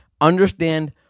understand